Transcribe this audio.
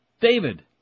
David